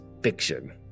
fiction